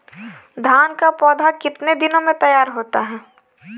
धान का पौधा कितने दिनों में तैयार होता है?